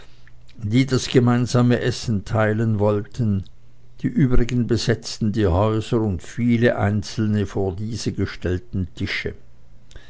die das gemeinsame essen teilen wollten die übrigen besetzten die häuser und viele einzelne vor diese gestellten tische